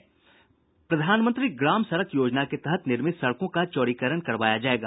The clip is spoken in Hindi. प्रधानमंत्री ग्राम सड़क योजना के तहत निर्मित सड़कों का चौड़ीकरण करवाया जायेगा